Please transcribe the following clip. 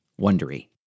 Wondery